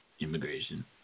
immigration